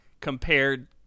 compared